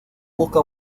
busca